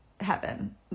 heaven